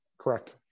Correct